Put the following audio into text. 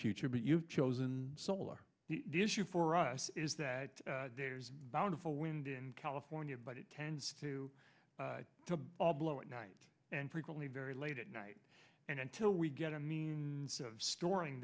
future but you've chosen solar the issue for us is that there's bountiful wind in california but it tends to to blow at night and frequently very late at night and until we get a means of storing